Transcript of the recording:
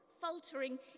faltering